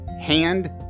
hand